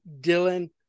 Dylan